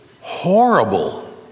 horrible